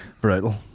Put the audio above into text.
Brutal